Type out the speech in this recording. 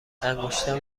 انگشتم